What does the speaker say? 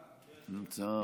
רואה.